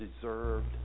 deserved